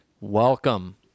Welcome